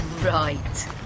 Right